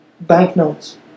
banknotes